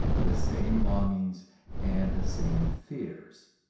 the same longings and the same fears.